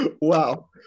Wow